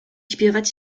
śpiewać